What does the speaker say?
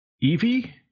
Evie